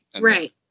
right